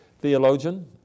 theologian